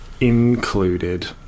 included